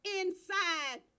inside